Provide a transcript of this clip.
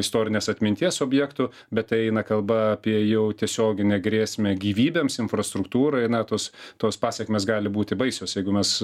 istorinės atminties objektų bet eina kalba apie jau tiesioginę grėsmę gyvybėms infrastruktūrai na tos tos pasekmės gali būti baisios jeigu mes